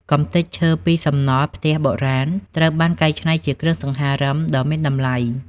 កម្ទេចឈើពីសំណល់ផ្ទះបុរាណ ត្រូវបានកែច្នៃជាគ្រឿងសង្ហារឹមដ៏មានតម្លៃ។